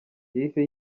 yahise